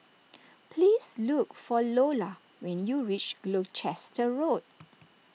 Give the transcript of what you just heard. please look for Lola when you reach Gloucester Road